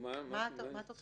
- אני חושב